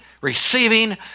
receiving